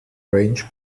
range